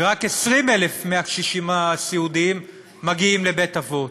ורק 20,000 מהקשישים הסיעודיים מגיעים לבית-אבות.